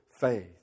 faith